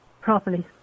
properly